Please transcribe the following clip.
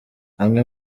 amwe